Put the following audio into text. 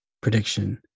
prediction